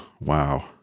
Wow